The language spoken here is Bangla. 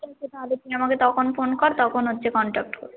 ঠিক আছে তাহলে তুই আমাকে তখন ফোন কর তখন হচ্ছে কন্ট্যাক্ট করবো